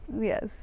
yes